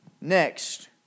Next